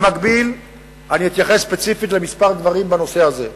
במקביל אני אתייחס ספציפית לכמה דברים בנושא הזה,